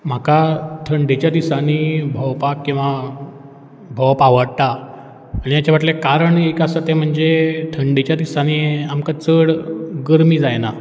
म्हाका थंडेच्या दिसांनी भोंवपाक किंवा भोंवप आवाडटा म्हळ्यार हाचे फाटलें कारण एक आसा तें म्हणजे थंडेच्या दिसांनी आमकां चड गर्मी जायना